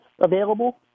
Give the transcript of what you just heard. available